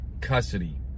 custody